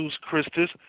Christus